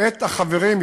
את החברים,